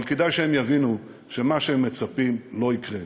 אבל כדאי שהם יבינו שמה שהם מצפים לא יקרה.